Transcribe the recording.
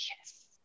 Yes